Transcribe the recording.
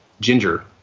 ginger